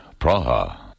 Praha